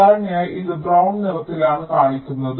സാധാരണയായി ഇത് ബ്രൌൺ നിറത്തിലാണ് കാണിക്കുന്നത്